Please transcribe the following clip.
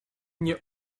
nie